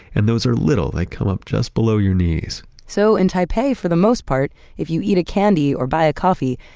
and those are little, they come up just below your knees so in taipei, for the most part, if you eat a candy or buy a coffee,